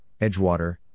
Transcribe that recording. Edgewater